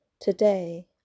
today